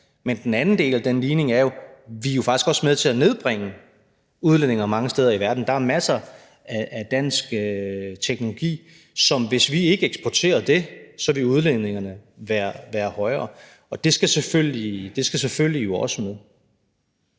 men den anden del af den ligning er jo, at vi faktisk også er med til at nedbringe udledninger mange steder i verden. Der er masser af dansk teknologi, og hvis vi ikke eksporterede det, ville udledningerne være højere, og det skal jo selvfølgelig også med.